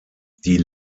die